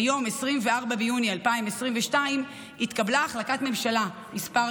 ביום 24 ביוני 2022 התקבלה החלטת ממשלה מס'